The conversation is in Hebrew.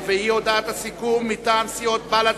והיא הודעת הסיכום מטעם סיעות בל"ד,